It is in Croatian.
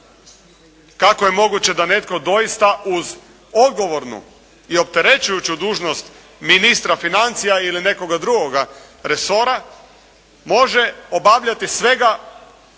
Kako je moguće da netko doista uz odgovornu i opterećujuću dužnost ministra financija ili nekoga drugoga resora može obavljati svega pet,